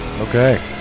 Okay